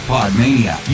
Podmania